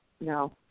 No